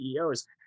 ceo's